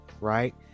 right